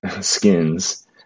skins